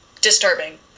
disturbing